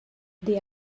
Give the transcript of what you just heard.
they